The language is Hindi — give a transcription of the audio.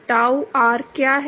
ताऊ आर क्या है